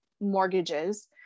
mortgages